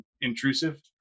intrusive